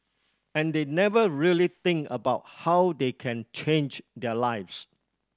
and they never really think about how they can change their lives